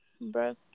bro